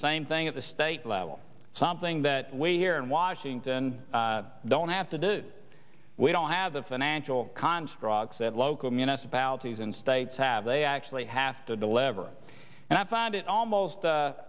same thing at the state level something that we here in washington don't have to do we don't have the financial constructs that local municipalities and states have they actually have to deliver and i find it almost